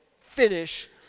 finish